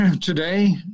today